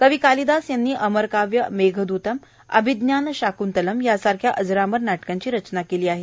कवि कालिदास यांनी अमर काव्य मेघदूतम अभिज्ञानशाकृंतलम् सारख्या अजरामर नाटकांची रचना केली आहे